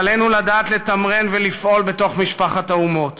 ועלינו לדעת לתמרן ולפעול בתוך משפחת האומות,